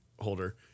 holder